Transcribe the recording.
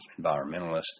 environmentalist